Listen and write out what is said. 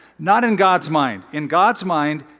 not in god's mind. in god's mind,